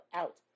out